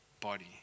body